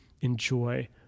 enjoy